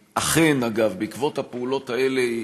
אכן, בעקבות הפעולות האלה,